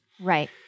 Right